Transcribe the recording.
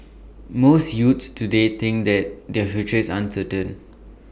most youths today think that their future is uncertain